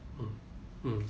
mm mm